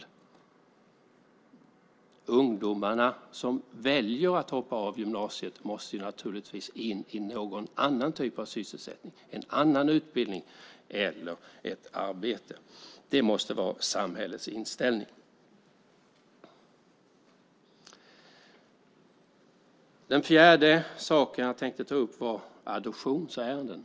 De ungdomar som väljer att hoppa av gymnasiet måste naturligtvis in i någon annan typ av sysselsättning, en annan utbildning eller ett arbete. Det måste vara samhällets inställning. Den fjärde saken jag tänkte ta upp är adoptionsärenden.